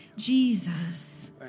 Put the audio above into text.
Jesus